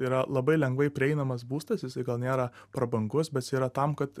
yra labai lengvai prieinamas būstas jisai gal nėra prabangus bet jisai yra tam kad